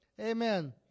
Amen